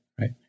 right